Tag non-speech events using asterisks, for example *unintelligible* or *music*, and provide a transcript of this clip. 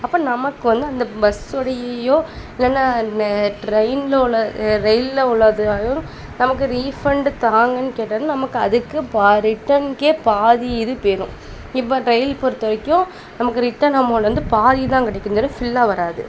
அப்போ நமக்கு வந்து அந்த பஸ்ஸோடையயோ இல்லைன்னா அந்த ட்ரெயின்ல உள்ள ரெயில்ல உள்ளது *unintelligible* நமக்கு ரிஃபண்டு தாங்கன்னு கேட்டாலும் நமக்கு அதுக்கு பா ரிட்டன்க்கே பாதி இது போயிடும் இப்போ ரெயில் பொறுத்த வரைக்கும் நமக்கு ரிட்டன் அமௌண்ட் வந்து பாதி தான் கிடைக்குமே தவிர ஃபுல்லா வராது